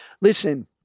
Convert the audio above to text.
Listen